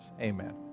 Amen